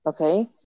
Okay